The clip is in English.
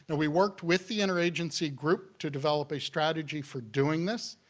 and we worked with the inter-agency group to develop a strategy for doing this,